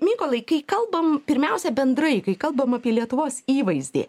mykolai kai kalbam pirmiausia bendrai kai kalbam apie lietuvos įvaizdį